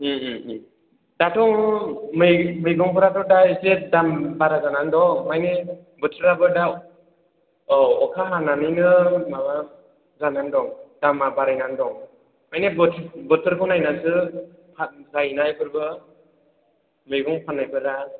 दाथ' मैगंफोराथ' दा एसे दाम बारा जानानै दं माने बोथोराबो दा औ अखा हानानैनो माबा जानानै दं दामा बारायनानै दं बेनिखायनो बोथोरखौ नायनानैसो थाब गायनायफोरबो मैगं फाननायफोरा